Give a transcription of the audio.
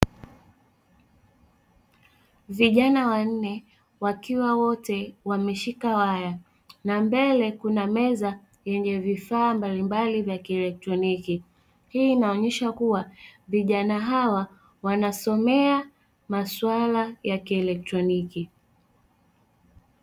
Vijana wanne wakiwa wote wameshika waya na mbele kuna meza yenye vifaa mbalimbali vya kielektroniki hii inaonyesha kuwa vijana hawa wanasomea masuala ya kielektroniki.